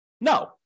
No